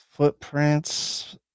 Footprints